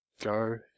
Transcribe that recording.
Go